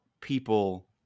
people